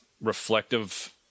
reflective